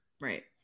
right